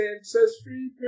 ancestry